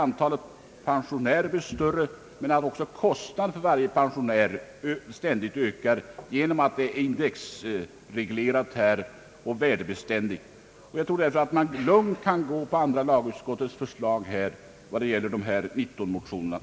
Antalet pensionärer blir större, men också kostnaden för varje pensionär ökar ständigt på grund av indexregleringen. Jag tror därför att man lugnt kan följa andra lagutskottets förslag när det gäller de tjugo motionerna.